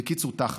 בקיצור, תכל'ס.